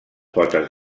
potes